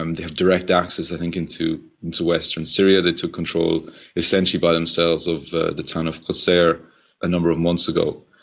um they have direct access i think into western syria. they took control essentially by themselves of the the town of qusair a number of months ago.